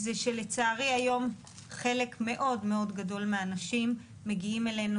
זה שלצערי היום חלק מאוד מאוד גדול מהאנשים מגיעים אלינו